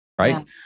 right